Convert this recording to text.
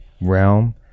realm